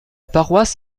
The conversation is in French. paroisse